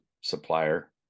supplier